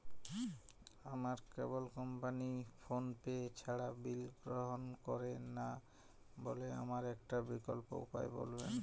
আমার cable company PhonePe ছাড়া bill গ্রহণ করে না বলে আমার একটা বিকল্প উপায় বলবেন?